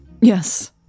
yes